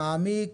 מעמיק,